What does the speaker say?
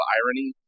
irony